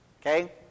Okay